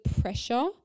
pressure